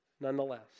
nonetheless